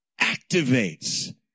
activates